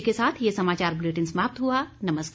इसी के साथ ये समाचार बुलेटिन समाप्त हुआ नमस्कार